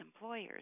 employers